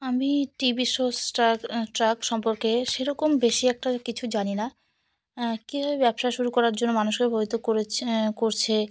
আমি T V show Shark Tank সম্পর্কে সেরকম বেশি একটা কিছু জানি না কীভাবে ব্যবসা শুরু করার জন্য মানুষকে প্রাভাবিত করেছে করছে